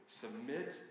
submit